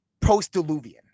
post-Diluvian